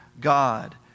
God